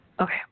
Okay